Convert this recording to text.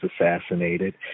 assassinated